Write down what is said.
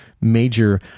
major